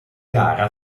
gara